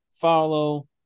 follow